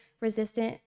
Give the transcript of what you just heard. resistant